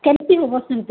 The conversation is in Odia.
କେମିତି ହେବ ସେମିତି